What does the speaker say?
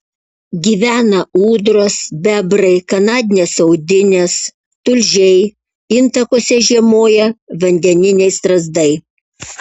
gyvena ūdros bebrai kanadinės audinės tulžiai intakuose žiemoja vandeniniai strazdai